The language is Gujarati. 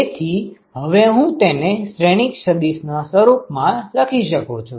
તેથી હવે હું તેને શ્રેણિક સદિશ ના સ્વરૂપ માં લખી શકું છું